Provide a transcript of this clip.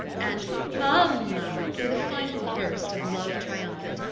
and m'ama, with a final burst of love triumphant,